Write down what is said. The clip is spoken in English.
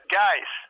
guys